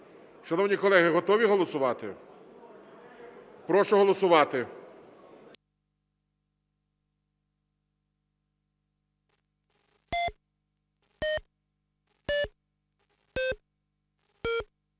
Шановні колеги, готові голосувати? Прошу голосувати.